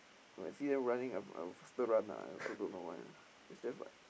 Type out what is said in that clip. I see them running I I would faster run ah I also don't know why ah it's just